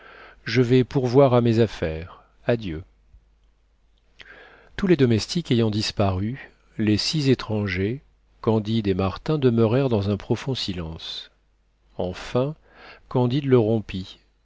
je vais pourvoir à mes affaires adieu tous les domestiques ayant disparu les six étrangers candide et martin demeurèrent dans un profond silence enfin candide le rompit